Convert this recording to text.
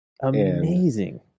Amazing